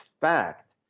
fact